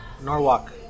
Norwalk